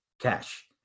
cash